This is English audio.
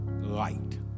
light